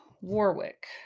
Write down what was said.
Warwick